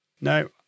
no